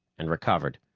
and recovered.